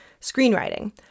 Screenwriting